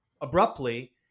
abruptly